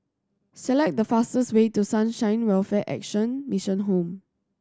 select the fastest way to Sunshine Welfare Action Mission Home